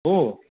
ओ